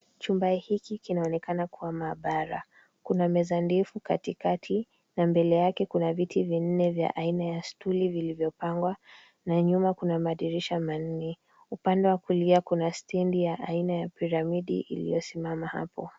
Chumba hiki kinaonekana kuwa maabara, kuna meza ndefu katikati, na mbele yake, kuna viti vinne aina ya stuli vilivyopangwa na nyuma kuna madirisha manne. Upande wa kulia, kuna stendi ya aina ya pirimadi iliyosimama hapo.